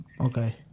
Okay